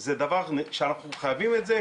זה דבר שאנחנו חייבים את זה,